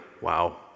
wow